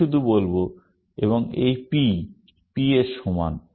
আমি শুধু লিখব এবং এই P এই P এর সমান